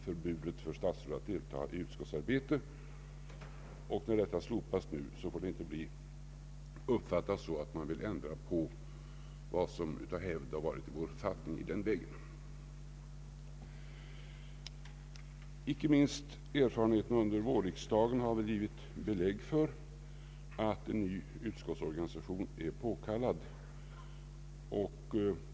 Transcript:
När nu detta förbud slopas får det inte uppfattas så att man vill ändra på vad som av hävd har funnits inskrivet i vår författning i den vägen. Icke minst erfarenheterna under vårriksdagen har väl givit belägg för att en ny utskottsorganisation är påkallad.